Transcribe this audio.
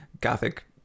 Gothic